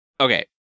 okay